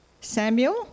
Samuel